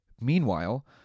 Meanwhile